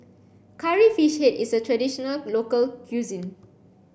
curry fish head is a traditional local cuisine